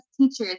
teachers